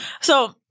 So-